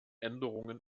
änderungen